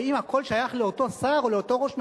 ואם הכול שייך לאותו שר או לאותו ראש ממשלה,